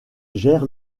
gère